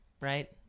right